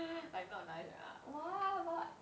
like not nice ah what what